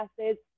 classes